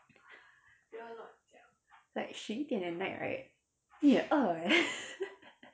like 十一点 at night right 很饿